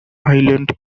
island